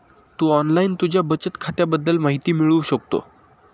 तू online तुझ्या बचत खात्याबद्दल माहिती मिळवू शकतो